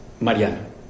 Mariano